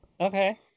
Okay